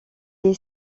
est